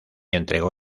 entregó